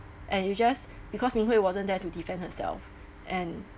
and you just because ming hui wasn't there to defend herself and